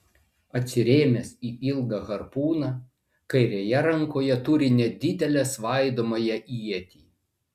atsirėmęs į ilgą harpūną kairėje rankoje turi nedidelę svaidomąją ietį